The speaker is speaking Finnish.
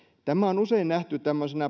tämä on usein nähty